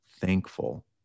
thankful